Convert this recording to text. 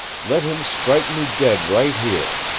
let him strike me dead right here!